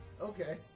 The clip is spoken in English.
Okay